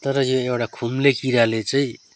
तर यो एउटा खुम्ले किराले चाहिँ